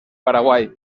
paraguay